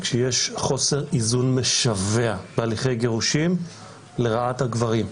כשיש חוסר איזון משווע בהליכי גירושים לרעת הגברים.